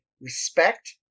respect